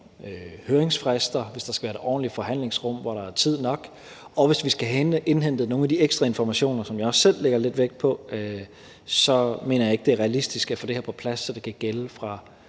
høringsfrister, hvis der skal være et ordentligt forhandlingsrum, hvor der er tid nok, og hvis vi skal have indhentet nogle af de ekstra informationer, som jeg også selv lægger lidt vægt på, så mener jeg ikke, det er realistisk at få det her på plads, så det kan gælde, fra